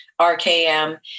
RKM